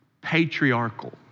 patriarchal